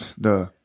duh